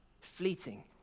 fleeting